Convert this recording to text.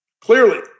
clearly